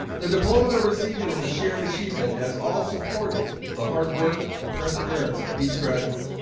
the diploma they're receiving is a shared achievement as all supported the hard work and perseverance of each graduate.